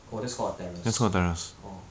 oh that's called a terrace orh